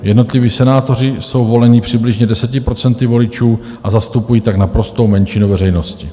Jednotliví senátoři jsou voleni přibližně 10 procenty voličů, a zastupují tak naprostou menšinu veřejnosti.